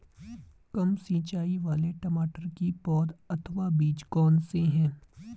कम सिंचाई वाले टमाटर की पौध अथवा बीज कौन से हैं?